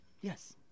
Yes